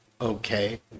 okay